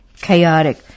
chaotic